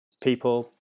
people